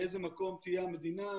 באיזה מקום תהיה המדינה,